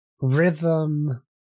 rhythm